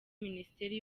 minisiteri